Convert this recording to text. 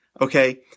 okay